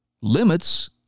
limits